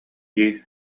дии